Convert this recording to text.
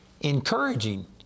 encouraging